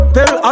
Tell